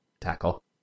Tackle